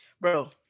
Bro